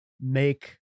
make